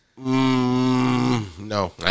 No